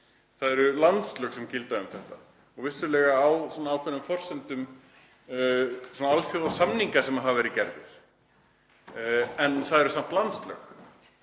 Það eru landslög sem gilda um þetta, vissulega á ákveðnum forsendum alþjóðasamninga sem hafa verið gerðir en það eru samt landslög.